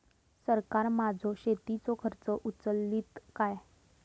सरकार माझो शेतीचो खर्च उचलीत काय?